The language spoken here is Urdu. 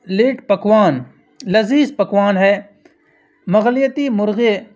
لیٹ پکوان لذیذ پکوان ہے مغلائی مرغے